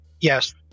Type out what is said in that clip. Yes